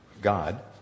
God